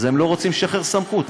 אז הם לא רוצים לשחרר סמכות,